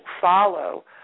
follow